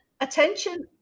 attention